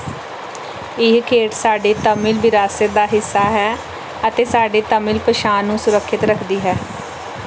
ਇਹ ਖੇਡ ਸਾਡੀ ਤਮਿਲ ਵਿਰਾਸਤ ਦਾ ਹਿੱਸਾ ਹੈ ਅਤੇ ਸਾਡੀ ਤਾਮਿਲ ਪਛਾਣ ਨੂੰ ਸੁਰੱਖਿਅਤ ਰੱਖਦੀ ਹੈ